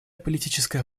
политическая